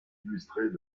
illustrés